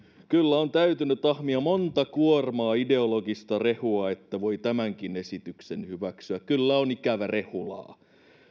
kyllä on täytynyt ahmia monta kuormaa ideologista rehua että voi tämänkin esityksen hyväksyä kyllä on ikävä rehulaa